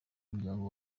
umuryango